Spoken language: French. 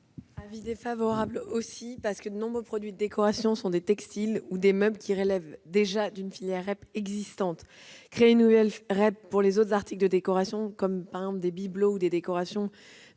Avis défavorable. De nombreux produits de décoration sont des textiles ou des meubles qui relèvent déjà d'une filière REP existante. Créer une telle filière pour les autres articles de décoration, par exemple des bibelots ou des décorations